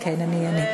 כן, כן, אענה.